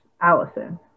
Allison